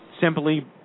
simply